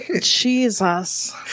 jesus